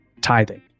tithing